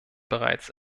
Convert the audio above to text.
bereits